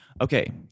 okay